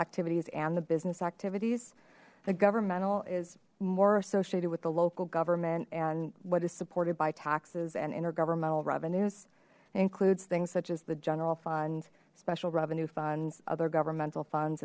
activities and the business activities the governmental is more associated with the local government and what is supported by taxes and intergovernmental revenues includes things such as the general fund special revenue funds other governmental funds